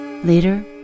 Later